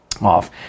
off